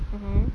mmhmm